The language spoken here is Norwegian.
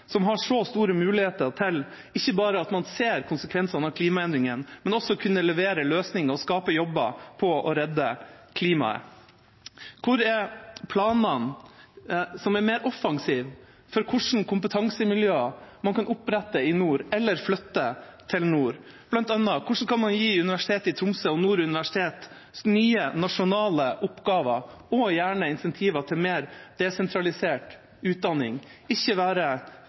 som har så store muligheter til ikke bare å se konsekvensene av klimaendringene, men også til å kunne levere løsninger og skape jobber for å redde klimaet. Hvor er de mer offensive planene for hvilke kompetansemiljøer man kan opprette i nord eller flytte til nord? Hvordan kan man bl.a. gi Universitetet i Tromsø og Nord universitet nye nasjonale oppgaver og gjerne incentiver for en mer desentralisert utdanning, slik at man ikke